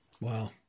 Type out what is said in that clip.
Wow